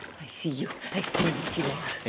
i see you. i see what you are. yeah?